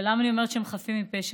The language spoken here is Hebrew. ולמה אני אומרת שהם חפים מפשע?